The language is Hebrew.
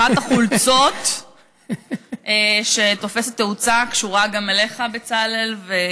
אחת החולצות שתופסת תאוצה קשורה גם אליך בצלאל.